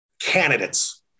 Candidates